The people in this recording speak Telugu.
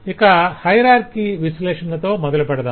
ఇక హయరార్కి విశ్లేషణతో మొదలుపెడదాం